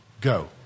go